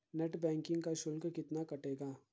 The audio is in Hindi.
नेट बैंकिंग का शुल्क कितना कटेगा?